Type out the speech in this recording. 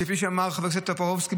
כפי שאמר חבר הכנסת טופורובסקי,